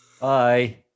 Bye